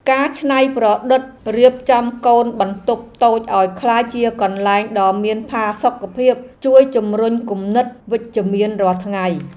ការច្នៃប្រឌិតរៀបចំកូនបន្ទប់តូចឱ្យក្លាយជាកន្លែងដ៏មានផាសុកភាពជួយជម្រុញគំនិតវិជ្ជមានរាល់ថ្ងៃ។